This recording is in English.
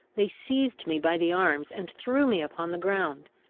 they seized me by the arms, and threw me upon the ground.